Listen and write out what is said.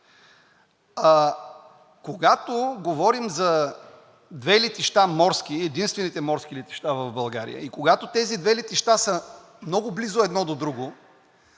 морски летища – единствените морски летища в България и когато тези две летища са много близо едно до друго,